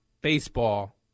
baseball